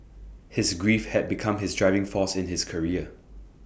his grief had become his driving force in his career